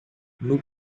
nos